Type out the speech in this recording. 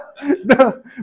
No